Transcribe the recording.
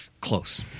Close